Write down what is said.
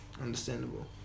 Understandable